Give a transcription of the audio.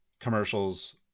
commercials